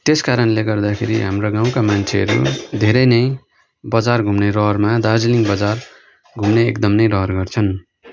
त्यस कारणले गर्दाखेरि हाम्रा गाउँका मान्छेहरू धेरै नै बजार घुम्ने रहरमा दार्जिलिङ बजार घुम्ने एकदम नै रहर गर्छन्